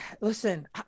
Listen